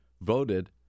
voted